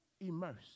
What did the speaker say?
Immersed